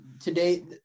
today